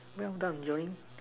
well done joying